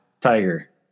Tiger